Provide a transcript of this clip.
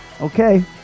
Okay